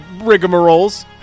rigmaroles